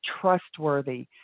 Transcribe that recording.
trustworthy